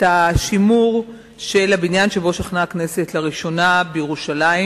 השימור של הבניין שבו שכנה הכנסת לראשונה בירושלים,